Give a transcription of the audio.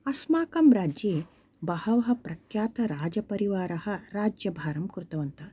अस्माकं राज्ये बहवः प्रख्यातराजपरिवाराः राज्यभारं कृतवन्तः